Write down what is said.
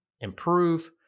improve